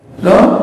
לא?